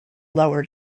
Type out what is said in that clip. lower